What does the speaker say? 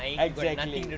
exactly